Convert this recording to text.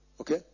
Okay